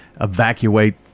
evacuate